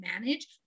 manage